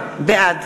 בעד